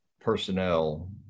personnel